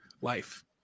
life